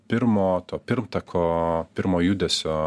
pirmo to pirmtako pirmo judesio